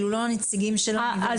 זה לא הנציגים של האוניברסיטאות.